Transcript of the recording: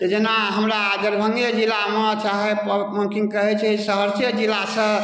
जेना हमरा दरभङ्गे जिलामे की कहै छै सहरसे जिलासँ